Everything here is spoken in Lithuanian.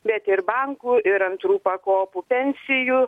bet ir bankų ir antrų pakopų pensijų